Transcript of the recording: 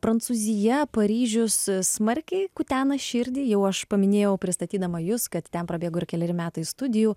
prancūzija paryžius smarkiai kutena širdį jau aš paminėjau pristatydama jus kad ten prabėgo ir keleri metai studijų